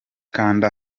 kanda